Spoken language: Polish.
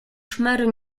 szmery